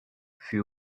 fut